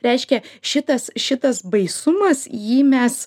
reiškia šitas šitas baisumas jį mes